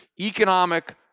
economic